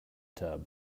tub